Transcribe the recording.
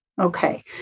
Okay